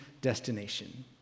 destination